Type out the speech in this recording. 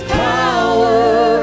power